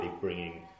bringing